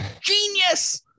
Genius